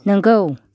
नंगौ